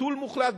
ביטול מוחלט,